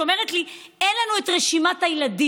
שאומרת לי: אין לנו את רשימת הילדים.